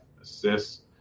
assists